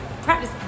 Practice